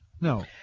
no